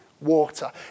water